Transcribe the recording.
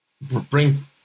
bring